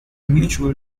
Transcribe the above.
mutual